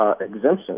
exemptions